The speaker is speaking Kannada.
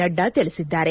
ನಡ್ಡಾ ತಿಳಿಸಿದ್ದಾರೆ